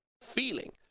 feeling